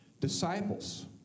disciples